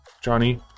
Johnny